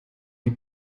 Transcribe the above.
die